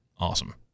Awesome